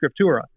scriptura